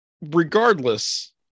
regardless